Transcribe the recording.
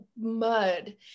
mud